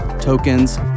tokens